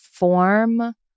form